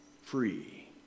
free